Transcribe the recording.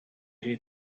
hate